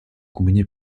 combiner